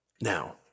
Now